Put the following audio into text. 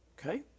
Okay